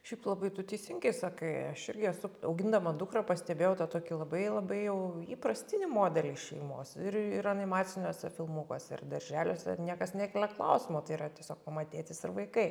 šiaip labai tu teisingai sakai aš irgi esu augindama dukrą pastebėjau tą tokį labai labai jau įprastinį modelį šeimos ir ir animaciniuose filmukuose ir darželiuose niekas nekelia klausimo tai yra tiesiog mama tėtis ir vaikai